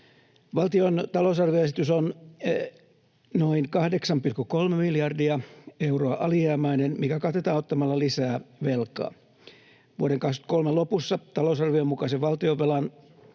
Valtion talousarvioesitys on noin 8,3 miljardia euroa alijäämäinen, mikä katetaan ottamalla lisää velkaa. Vuoden 23 lopussa talousarvion mukaisen valtionvelan,